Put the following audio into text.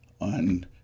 on